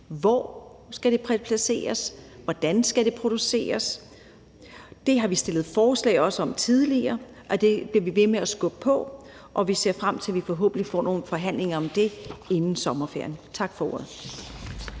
Hvor skal det placeres? Hvordan skal det produceres? Det har vi stillet forslag om tidligere, og det vil vi blive ved med at skubbe på for, og vi ser frem til, at vi forhåbentlig får nogle forhandlinger om det inden sommerferien. Tak for ordet.